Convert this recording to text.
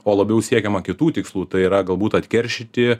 o labiau siekiama kitų tikslų tai yra galbūt atkeršyti